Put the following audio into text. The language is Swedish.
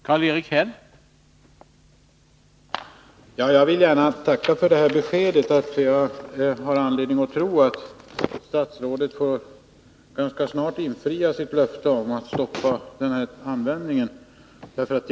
Herr talman! Jag vill gärna tacka för det beskedet. Jag har anledning att tro att statsrådet ganska snart får infria sitt löfte om att stoppa användningen av golvspackel.